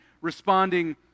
responding